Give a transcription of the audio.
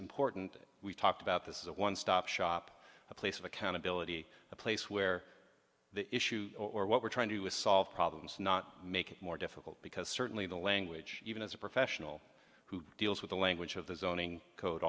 important we talked about this is a one stop shop a place of accountability a place where the issue or what we're trying to do is solve problems not make it more difficult because certainly the language even as a professional who deals with the language of the zoning code